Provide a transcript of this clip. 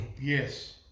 Yes